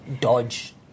dodge